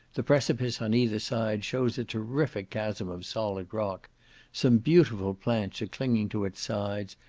the precipice on either side shows a terrific chasm of solid rock some beautiful plants are clinging to its sides,